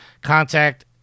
Contact